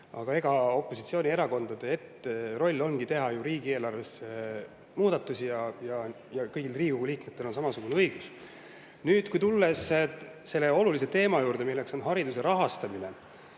aga opositsioonierakondade roll ongi teha riigieelarves muudatusi ja kõigil Riigikogu liikmetel on samasugune õigus. Nüüd tulen selle olulise teema juurde, milleks on hariduse rahastamine.